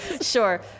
Sure